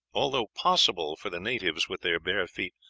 although possible for the natives with their bare feet,